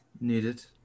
needed